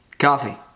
Coffee